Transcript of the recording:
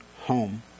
home